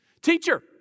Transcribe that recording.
teacher